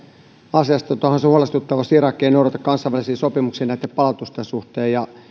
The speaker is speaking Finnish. asiasta onhan se huolestuttavaa jos irak ei noudata kansainvälisiä sopimuksia näitten palautusten suhteen ja